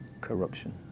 corruption